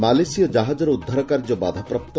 ମାଲେସୀୟ ଜାହାଜର ଉଦ୍ଧାର କାର୍ଯ୍ୟ ବାଧାପ୍ରାପ୍ତ